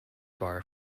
bar